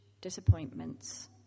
disappointments